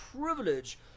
privilege